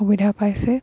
সুবিধা পাইছে